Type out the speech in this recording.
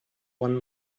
one